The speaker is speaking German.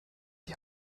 die